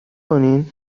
کنین